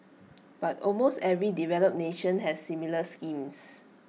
but almost every developed nation has similar schemes